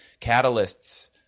catalysts